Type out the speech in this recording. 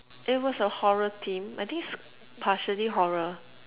it was a horror theme I think it's partially horror